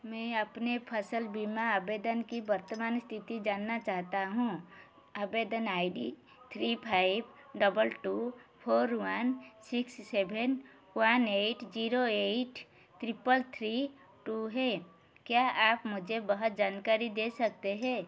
मैं अपने फसल बीमा आवेदन की वर्तमान स्थिति जानना चाहता हूँ आवेदन I D three five double two four one six seven one eight zero eight triple three two है क्या आप मुझे वह जानकारी दे सकते हैं